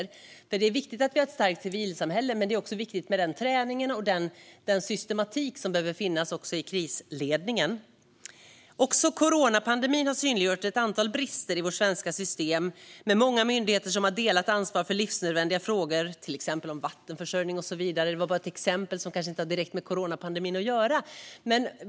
Ett starkt civilsamhälle är viktigt, men det är också viktigt med träning och systematik i krisledning. Också coronapandemin har synliggjort ett antal brister i vårt svenska system, med många myndigheter som har delat ansvar för livsnödvändiga frågor. Låt mig ta ett, kanske lite banalt, exempel.